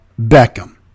Beckham